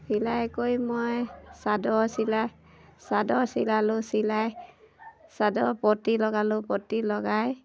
চিলাই কৈ মই চাদৰ চিলাই চাদৰ চিলালোঁ চিলাই চাদৰ পতি লগালোঁ পতি লগাই